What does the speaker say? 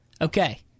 Okay